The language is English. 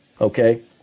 Okay